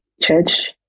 church